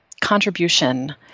contribution